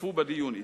השתתפו בדיון אתי.